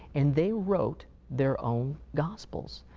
and they wrote their own gospels,